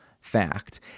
fact